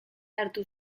hartu